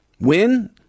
win